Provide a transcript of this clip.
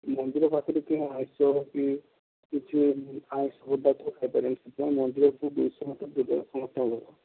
ମନ୍ଦିର ପାଖରେ କିଏ ଆଇଁସ କି କିଛି ଆଇଁସ ପଦାର୍ଥ ଖାଇପାରିବନି ସେଥିପାଇଁ ମନ୍ଦିର ଆସିଲେ ଦୁଇଶହ ମିଟର୍ ଦୂରରେ ସମସ୍ତେ